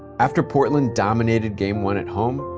after portland dominated game one at home,